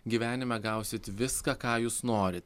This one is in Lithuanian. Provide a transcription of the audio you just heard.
gyvenime gausit viską ką jūs norit